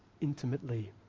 intimately